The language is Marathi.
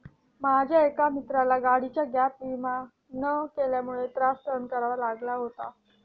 माझ्या एका मित्राला त्याच्या गाडीचा गॅप विमा न केल्यामुळे त्रास सहन करावा लागला होता